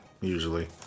Usually